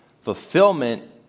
Fulfillment